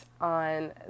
on